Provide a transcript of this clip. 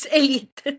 elite